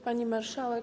Pani Marszałek!